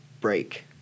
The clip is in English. break